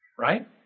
Right